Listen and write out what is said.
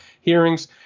hearings